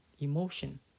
emotion